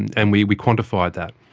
and and we we quantified that.